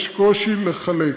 יש קושי לחלק.